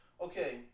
Okay